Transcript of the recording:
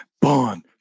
Bond